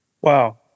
Wow